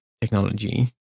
technology